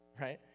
right